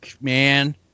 Man